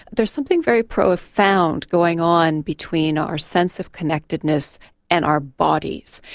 there is something very profound going on between our sense of connectedness and our bodies.